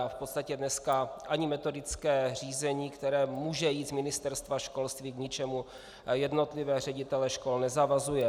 A v podstatě dneska ani metodické řízení, které může jít z Ministerstva školství, k ničemu jednotlivé ředitele škol nezavazuje.